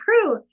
crew